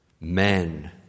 Men